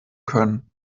können